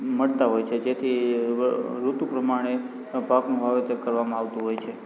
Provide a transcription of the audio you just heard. મળતા હોય છે જેથી ઋતુ પ્રમાણે પાકનું વાવેતર કરવામાં આવતું હોય છે